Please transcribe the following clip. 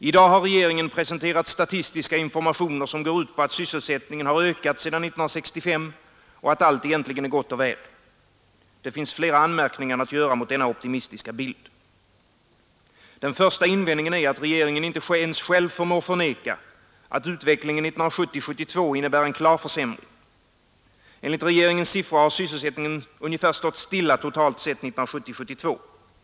I dag har regeringen presenterat statistiska informationer som går ut på att sysselsättningen har ökat sedan 1965 och att allt egentligen är gott och väl. Det finns flera anmärkningar att göra mot denna optimistiska bild. Den första invändningen är att regeringen inte ens själv förmår förneka, att utvecklingen 1970—1972 innebär en klar försämring. Enligt regeringens siffror har sysselsättningen stått stilla totalt sett 1970—1972.